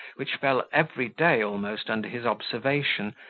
which fell every day almost under his observation,